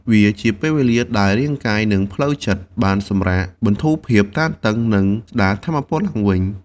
វាជាពេលវេលាដែលរាងកាយ និងផ្លូវចិត្តត្រូវបានសម្រាក បន្ធូរភាពតានតឹង និងស្តារថាមពលឡើងវិញ។